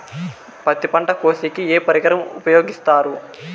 పత్తి పంట కోసేకి ఏ పరికరం ఉపయోగిస్తారు?